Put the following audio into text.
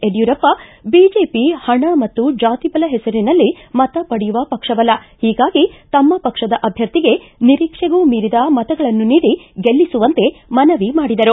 Yediyurappa BJP ಹಣ ಮತ್ತು ಜಾತಿಬಲ ಹೆಸರಿನಲ್ಲಿ ಮತ ಪಡೆಯುವ ಪಕ್ಷವಲ್ಲ ಹೀಗಾಗಿ ತಮ್ಮ ಪಕ್ಷದ ಅಭ್ವರ್ಥಿಗೆ ನಿರೀಕ್ಷೆಗೂ ಮೀರಿದ ಮತಗಳನ್ನು ನೀಡಿ ಗೆಲ್ಲಿಸುವಂತೆ ಮನವಿ ಮಾಡಿದರು